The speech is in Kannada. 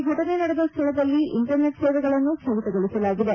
ಘಟನೆ ನಡೆದ ಸ್ಥಳದಲ್ಲಿ ಇಂಟರ್ನೆಟ್ ಸೇವೆಗಳನ್ನು ಸ್ವಗಿತಗೊಳಿಸಲಾಗಿದೆ